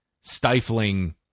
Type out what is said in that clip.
stifling